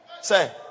say